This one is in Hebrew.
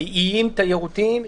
על איים תיירותיים.